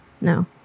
No